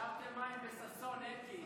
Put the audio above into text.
שאבתם מים בששון, אלקין.